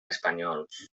espanyols